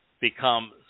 become